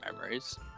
memories